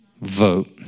vote